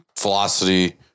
velocity